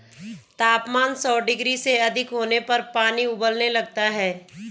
तापमान सौ डिग्री से अधिक होने पर पानी उबलने लगता है